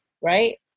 right